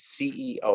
ceo